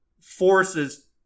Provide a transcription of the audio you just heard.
forces